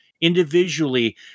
individually